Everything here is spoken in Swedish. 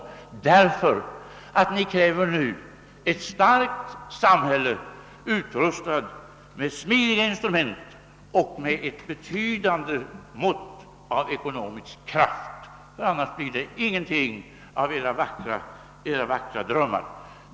Ni på oppositionssidan kräver nu ett starkt samhälle, utrustat med smidiga instrument och med ett betydande mått av ekonomisk kraft, ty annars blir det ingenting av era vackra drömmar.